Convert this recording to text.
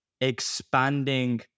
expanding